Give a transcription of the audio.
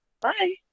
Bye